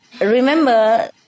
remember